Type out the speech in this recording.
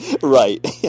Right